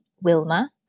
Wilma